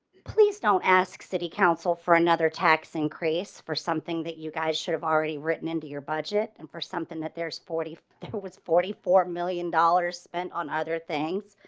please don't ask city council for another tax increase for something that you guys should have already written into your budget and for something that there's forty. it was forty four million dollars spent on other things,